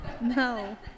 No